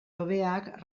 hobeak